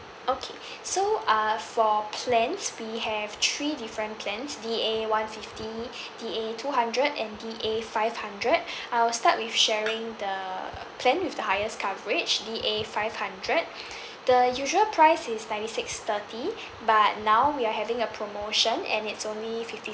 okay so uh for plans we have three different plans D A one fifty D A two hundred and D A five hundred I will start with sharing the plan with the highest coverage D A five hundred the usual price is ninety six thirty but now we are having a promotion and it's only fifty